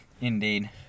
Indeed